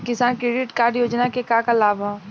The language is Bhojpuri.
किसान क्रेडिट कार्ड योजना के का का लाभ ह?